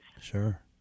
Sure